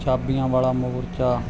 ਚਾਬੀਆਂ ਵਾਲਾ ਮੋਰਚਾ